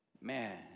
Man